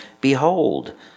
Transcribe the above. behold